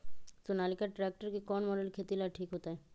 Sonalika tractor के कौन model खेती ला ठीक होतै?